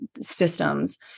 systems